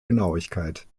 genauigkeit